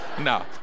no